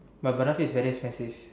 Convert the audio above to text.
but Banafee is very expensive